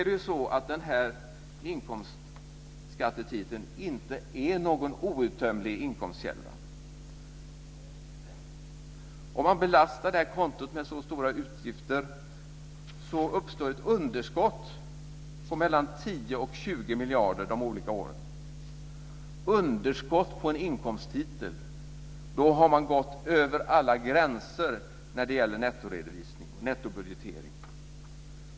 Dock är denna inkomstskattetitel inte en outtömlig inkomstkälla. Om man belastar det här kontot med så stora utgifter uppstår ett underskott på 10-20 miljarder de olika åren - med ett underskott på en inkomsttitel har man gått över alla gränser när det gäller nettoredovisning och nettobudgetering.